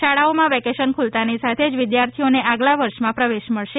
શાળાઓમાં વેકેશન ખુલતાની સાથે જ વિદ્યાર્થીઓને આગલા વર્ષમાં પ્રવેશ મળશે